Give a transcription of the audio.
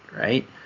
right